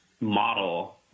model